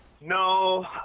No